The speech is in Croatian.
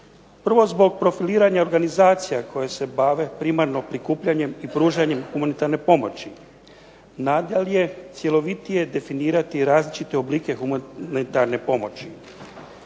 Prvo zbog profiliranja organizacija koje se bave primarno prikupljanjem i pružanjem humanitarnom pomoći. Nadalje, cjelovitije definirati različite oblike humanitarne pomoći.